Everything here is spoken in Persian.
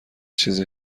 چیز